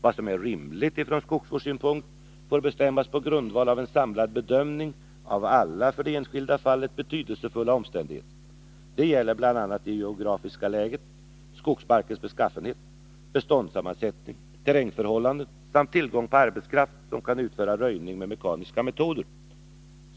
—-- Vad som är rimligt från skogsvårdssynpunkt får bestämmas på grundval av en samlad bedömning av alla för det enskilda fallet betydelsefulla omständigheter.” Det gäller bl.a. ”det geografiska läget, skogsmarkens beskaffenhet, beståndssammansättningen, terrängförhållandena” samt ”tillgången på arbetskraft som kan utföra röjning med mekaniska metoder”.